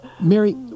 Mary